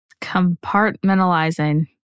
Compartmentalizing